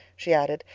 she added,